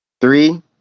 Three